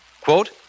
Quote